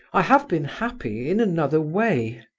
i have been happy in another way.